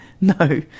No